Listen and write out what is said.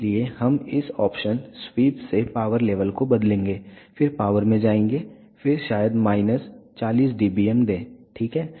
इसलिए हम इस ऑप्शन स्वीप से पावर लेवल को बदलेंगे फिर पावर में जाएंगे फिर शायद माइनस 40 dBm दें ठीक है